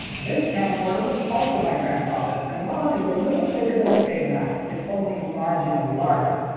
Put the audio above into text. this camcorder was also my grandfather's, and while it is a little bigger than the betamovie, it's only marginally larger.